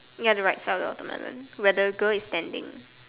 ya the right colour of the melon where the girl is standing